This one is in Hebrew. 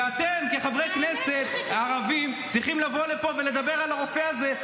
ואתם כחברי כנסת ערבים צריכים לבוא לפה ולדבר על הרופא הזה,